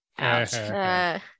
out